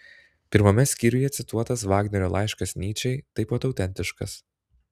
pirmame skyriuje cituotas vagnerio laiškas nyčei taip pat autentiškas